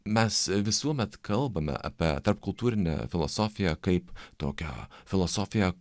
mes visuomet kalbame apie tarpkultūrinę filosofiją kaip tokią filosofiją